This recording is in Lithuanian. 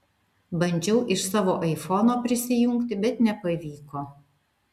bandžiau iš savo aifono prisijungti bet nepavyko